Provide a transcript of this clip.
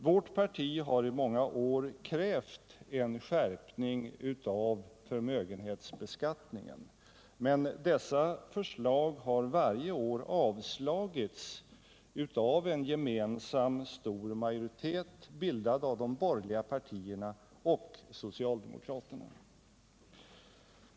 Vårt parti har i många år krävt en skärpning av förmögenhetsbeskattningen, men dessa förslag har varje år avslagits av en gemensam stor majoritet, bildad av de borgerliga partierna och socialdemokraterna.